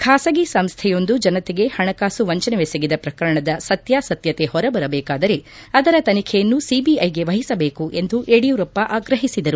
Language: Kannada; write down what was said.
ಖಾಸಗಿ ಸಂಸ್ಥೆಯೊಂದು ಜನತೆಗೆ ಪಣಕಾಸು ವಂಚನೆವೆಸಗಿದ ಪ್ರಕರಣದ ಸತ್ಯಾಸತ್ತತೆ ಹೊರಬರಬೇಕಾದರೆ ಅದರ ತನಿಖೆಯನ್ನು ಸಿಬಿಐಗೆ ವಹಿಸಬೇಕು ಎಂದು ಯಡಿಯೂರಪ್ಪ ಆಗ್ರಹಿಸಿದರು